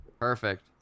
Perfect